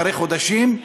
אחרי חודשים,